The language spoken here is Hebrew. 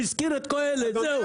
הוא הזכיר את קהלת זהו,